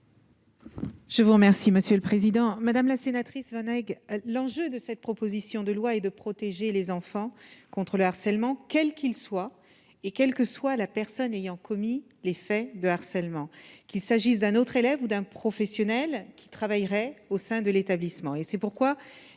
Je vous remercie, monsieur le président, madame la CNET. L'enjeu de cette proposition de loi et de protéger les enfants contre le harcèlement, quel qu'il soit et quelle que soit la personne ayant commis les faits de harcèlement, qu'il s'agisse d'un autre élève ou d'un professionnel qui travaillerait au sein de l'établissement,